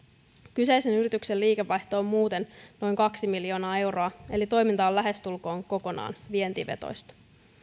kyseisen yrityksen liikevaihto on muuten noin kaksi miljoonaa euroa eli toiminta on lähestulkoon kokonaan vientivetoista